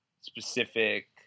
specific